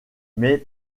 mais